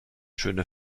schöne